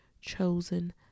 Chosen